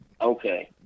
Okay